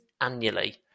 annually